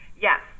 Yes